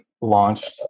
launched